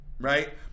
right